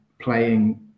playing